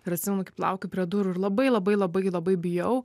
ir atsimenu kaip laukiu prie durų ir labai labai labai labai bijau